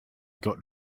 got